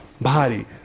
body